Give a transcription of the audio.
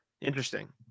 Interesting